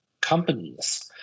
companies